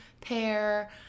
pair